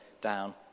down